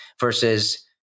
versus